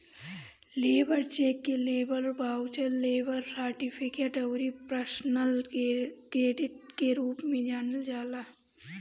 labour cheque के labour voucher, labour certificate अउरी personal credit के रूप में जानल जाला